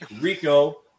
Rico